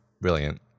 brilliant